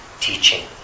teaching